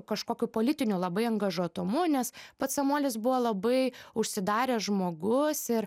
kažkokiu politiniu labai angažuotumu nes pats samuolis buvo labai užsidaręs žmogus ir